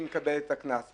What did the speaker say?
והיא מקבלת את הקנס.